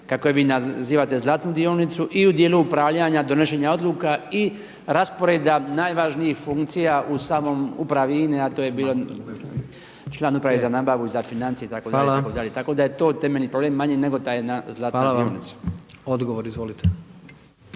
kako je vi nazivate zlatnu dionicu i u dijelu upravljanja donošenja odluka i rasporeda najvažnija funkcija u samom upravi INA-e, a to je bio član uprave nabavu za financije itd. itd. tako da je to temeljni problem nego ta jedna zlatna dionica. Hvala. **Jandroković,